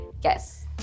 yes